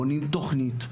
בונים תוכנית.